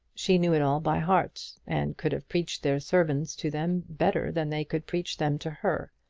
she knew it all by heart, and could have preached their sermons to them better than they could preach them to her.